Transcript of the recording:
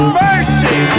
mercy